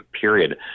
period